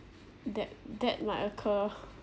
that that might occur